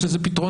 יש לזה פתרונות.